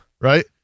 right